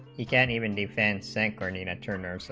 you can even defense anchored in a turner so